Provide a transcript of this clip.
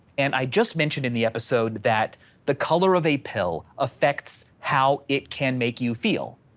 and i just mentioned in the episode that the color of a pill affects how it can make you feel.